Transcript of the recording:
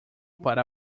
para